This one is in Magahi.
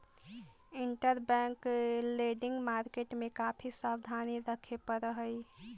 इंटरबैंक लेंडिंग मार्केट में काफी सावधानी रखे पड़ऽ हई